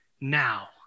now